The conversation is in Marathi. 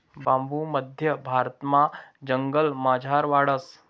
बांबू मध्य भारतमा जंगलमझार वाढस